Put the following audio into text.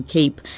Cape